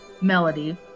melody